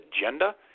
agenda